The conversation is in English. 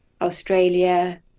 Australia